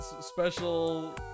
special